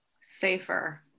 safer